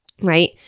Right